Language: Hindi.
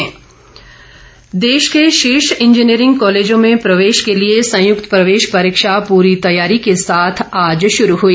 जेईई परीक्षा देश के शीर्ष इंजीनियरिंग कॉलेजों में प्रवेश के लिए संयुक्त प्रवेश परीक्षा पूरी तैयारी के साथ आज शुरू हुई